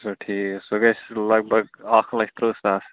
آچھا ٹھیٖک سُہ گَژھہِ لگ بھگ اکھ لچھ ترٕہ ساس